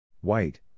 White